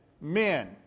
men